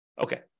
Okay